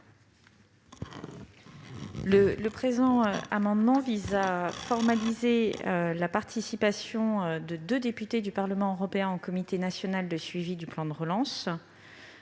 Le présent amendement vise à formaliser la participation de deux députés du Parlement européen au comité national de suivi du plan de relance.